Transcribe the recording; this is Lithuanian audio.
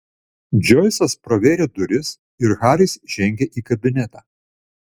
džoisas pravėrė duris ir haris žengė į kabinetą